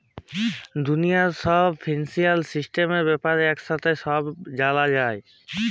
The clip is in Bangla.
দুলিয়ার ছব ফিন্সিয়াল সিস্টেম ব্যাপারে একসাথে ছব জালা যায়